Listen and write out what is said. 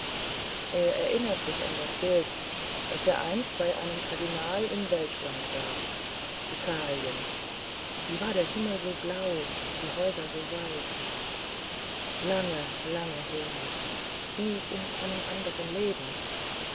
er erinnert sich an ein bild das er einst bei einem kardinal in welschland sah italien wie war der himmel so blau die häuser so weiß lange lange her wie in einem anderen leben